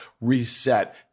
reset